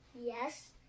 Yes